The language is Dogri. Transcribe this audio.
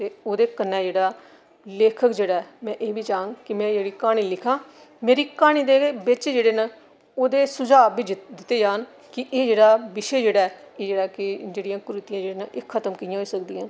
ते ओह्दे कन्नै जेहड़ा लेखक जेह्ड़ा ऐ में एह् बी चाह्ङ कि में जेह्ड़ी क्हानी लिखां मेरी क्हानी दे बिच जेह्डे़ न ओह्दे सुझाव बी दित्ते जान कि एह् जेह्ड़ा विशे जेह्ड़ा ऐ कि कुरुतियां जेह्ड़ियां न खत्म कि'यां होई सकदियां न